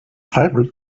favorite